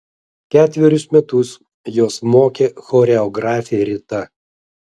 ketverius metus juos mokė choreografė rita